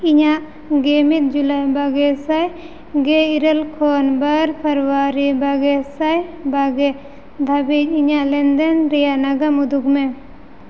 ᱤᱧᱟᱹᱜ ᱜᱮᱢᱤᱫ ᱡᱩᱞᱟᱭ ᱵᱟᱜᱮ ᱥᱟᱭ ᱜᱮ ᱤᱨᱟᱹᱞ ᱠᱷᱚᱱ ᱵᱟᱨ ᱯᱷᱟᱨᱣᱟᱨᱤ ᱵᱟᱜᱮ ᱥᱟᱭ ᱵᱟᱜᱮ ᱫᱷᱟᱹᱵᱤᱡ ᱤᱧᱟᱹᱜ ᱞᱮᱱᱫᱮᱱ ᱨᱮᱭᱟᱜ ᱱᱟᱜᱟᱢ ᱩᱫᱩᱜ ᱢᱮ